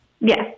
Yes